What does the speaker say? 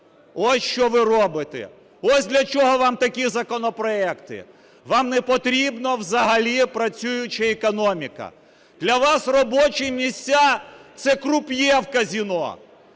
Ось що ви робите, ось для чого вам такі законопроекти. Вам не потрібна взагалі працююча економіка. Для вас робочі місця – це круп'є в казино.